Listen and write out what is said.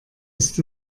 ist